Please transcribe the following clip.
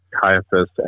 Caiaphas